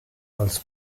als